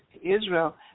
Israel